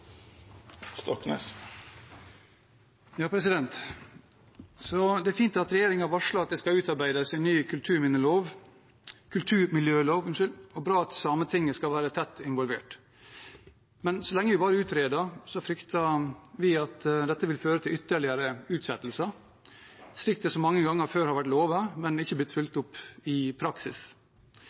utarbeides en ny kulturmiljølov, og bra at Sametinget skal være tett involvert. Men så lenge man bare utreder, frykter vi at dette vil føre til ytterligere utsettelser – på samme måte som så mye som tidligere har vært lovet, men ikke blitt fulgt opp i praksis.